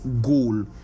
goal